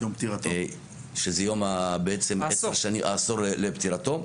שזה העשור לפטירתו.